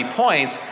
points